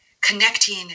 connecting